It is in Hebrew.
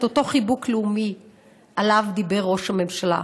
אותו חיבוק לאומי שעליו דיבר ראש הממשלה,